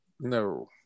no